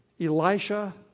Elisha